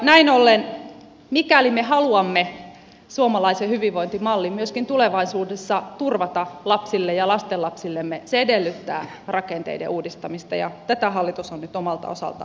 näin ollen mikäli me haluamme suomalaisen hyvinvointimallin myöskin tulevaisuudessa turvata lapsille ja lastenlapsillemme se edellyttää rakenteiden uudistamista ja tätä hallitus on nyt omalta osaltaan tekemässä